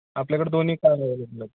आपल्याकडं दोन्ही